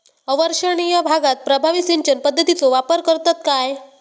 अवर्षणिय भागात प्रभावी सिंचन पद्धतीचो वापर करतत काय?